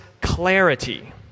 clarity